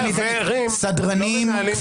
סדרנים,